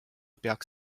peaks